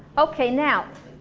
okay now,